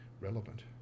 relevant